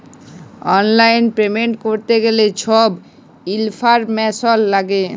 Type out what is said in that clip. অললাইল পেমেল্ট ক্যরতে গ্যালে ছব ইলফরম্যাসল ল্যাগে